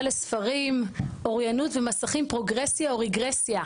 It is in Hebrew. לספרים אוריינות ומסכים פרוגרסיה או רגרסיה.